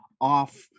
off